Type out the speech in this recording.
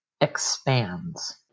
expands